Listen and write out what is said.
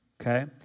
Okay